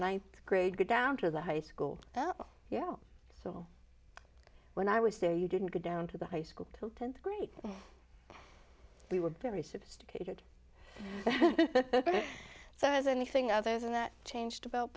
ninth grade get down to the high school that yeah so when i was there you didn't go down to the high school to tenth grade we were very sophisticated ok so as anything other than that changed about